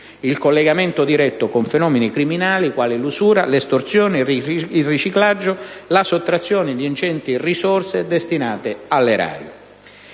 il collegamento diretto con fenomeni criminali quali l'usura, l'estorsione, il riciclaggio; la sottrazione di ingenti risorse destinate all'erario.